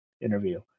interview